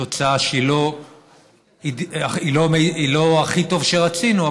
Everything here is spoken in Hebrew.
תוצאה שהיא לא הכי טובה שרצינו,